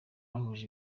bahuje